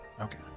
Okay